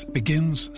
begins